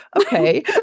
okay